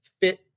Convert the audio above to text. fit